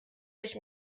ich